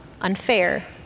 unfair